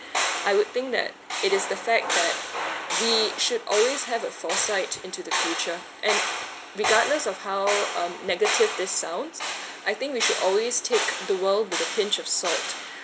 I would think that it is the fact that we should always have a foresight into the future and regardless of how um negative this sounds I think we should always take the world with a pinch of salt